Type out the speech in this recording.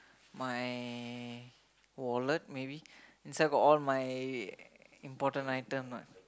my wallet maybe inside got all my important item [what]